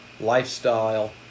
Lifestyle